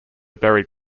buried